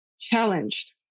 challenged